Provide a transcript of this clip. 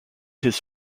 his